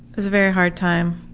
was a very hard time.